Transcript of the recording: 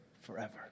forever